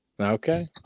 Okay